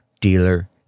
dealer